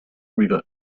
river